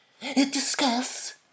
Discuss